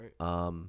right